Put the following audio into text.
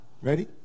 Ready